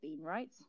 right